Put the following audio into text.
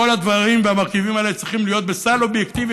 כל הדברים והמרכיבים האלה צריכים להיות בסל אובייקטיבי